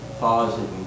Positive